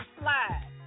slide